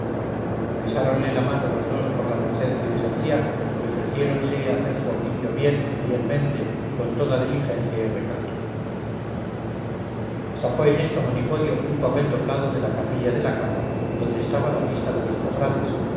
besáronle la mano los dos por la merced que se les hacía y ofreciéronse a hacer su oficio bien y fielmente con toda diligencia y recato sacó en esto monipodio un papel doblado de la capilla de la capa donde estaba la lista de los cofrades